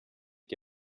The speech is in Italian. che